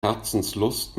herzenslust